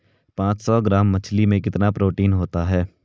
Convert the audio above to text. पांच सौ ग्राम मछली में कितना प्रोटीन होता है?